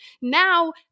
Now